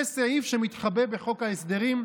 זה סעיף שמתחבא בחוק ההסדרים,